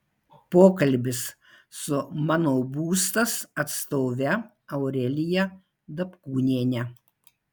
pokalbis su mano būstas atstove aurelija dapkūniene